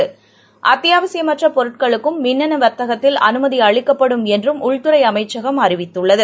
ப் அத்தியாவசியமற்றபொருட்களுக்கும் மின்னணுவா்த்தகத்தில் அனுமதிஅளிக்கப்படும் என்றும் உள்துறைஅமைச்சகம் அறிவித்துள்ளது